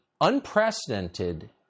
unprecedented